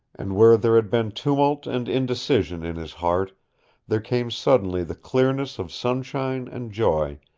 and where there had been tumult and indecision in his heart there came suddenly the clearness of sunshine and joy,